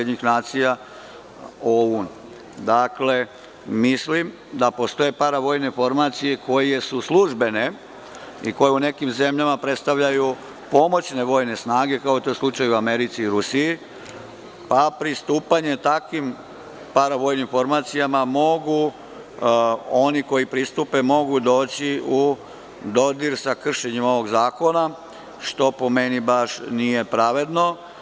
Dakle, mislim da postoje paravojne formacije koje su službene i koje u nekim zemljama predstavljaju pomoćne vojne snage, to je slučaj u Americi i u Rusiji, pa pristupanje takvim paravojnim formacijama mogu, oni koji pristupe, doći u dodir sa kršenjem ovog zakona, što, po meni, nije baš pravedno.